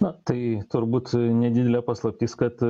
na tai turbūt nedidelė paslaptis kad